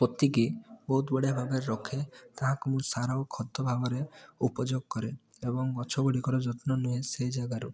ପୋତିକି ବହୁତ ବଢ଼ିଆ ଭାବରେ ରଖେ ତାହାକୁ ମୁଁ ସାର ଖତ ଭାବରେ ଉପଯୋଗ କରେ ଏବଂ ଗଛ ଗୁଡ଼ିକର ଯତ୍ନ ନିଏ ସେ ଜାଗାରୁ